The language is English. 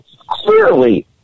clearly